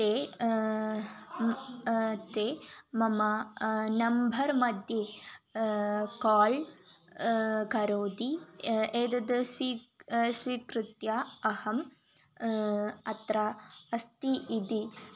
ते ते मम नम्भर् मध्ये काळ् करोति एतद् स्वीक् स्वीकृत्य अहम् अत्र अस्मि इति